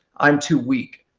i'm too weak.